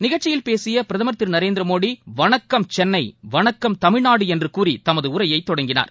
நிகழ்ச்சியில் பேசிய பிரதமர் திரு நரேந்திரமோடி வணக்கம் சென்னை வணக்கம் தமிழ்நாடு என்று கூறி தமது உரையை தொடங்கினார்